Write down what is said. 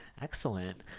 Excellent